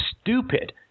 stupid